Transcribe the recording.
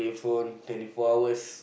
phone twenty four hours